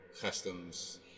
customs